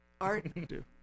Art